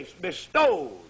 bestowed